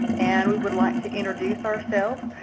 and we would like to introduce ourselves.